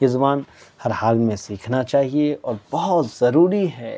یہ زبان ہر حال میں ہمیں سیکھنا چاہیے اور بہت ضروری ہے